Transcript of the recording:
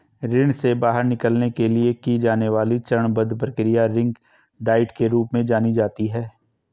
ऋण से बाहर निकलने के लिए की जाने वाली चरणबद्ध प्रक्रिया रिंग डाइट के रूप में जानी जाती है